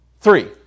Three